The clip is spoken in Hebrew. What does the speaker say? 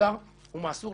כך